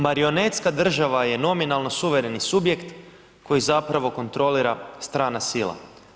Marionetska država je nominalno suvereni subjekt koji zapravo kontrolira strana sila.